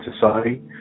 society